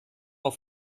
auf